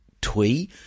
twee